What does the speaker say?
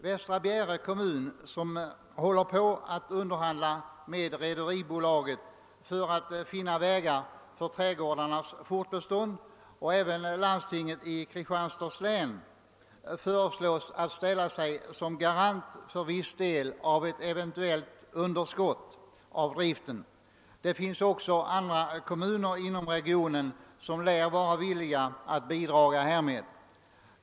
Västra Bjäre kommun håller på att underhandla med Rederiaktiebolaget Nordstjernan för att finna vägar för trädgårdarnas fortbestånd, och landstinget i Kristianstads län föreslås ställa sig såsom garant för viss del av ett eventueilt underskott i driften. Det finns också andra kommuner inom regionen som lär vara villiga att bidraga härtill.